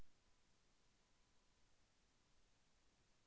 డిపాజిట్కి పెట్టుబడికి తేడా?